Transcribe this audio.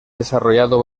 desarrollado